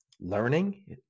learning